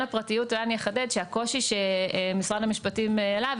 הפרטיות אני אחדד ואומר שהקושי שמשרד המשפטים העלה,